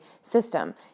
system